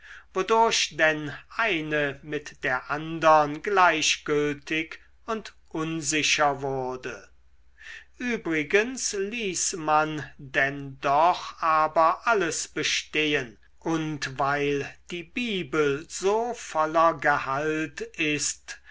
wodurch denn eine mit der andern gleichgültig und unsicher wurde übrigens ließ man denn doch aber alles bestehen und weil die bibel so voller gehalt ist